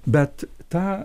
bet ta